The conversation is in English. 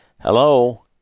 Hello